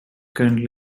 currently